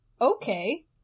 okay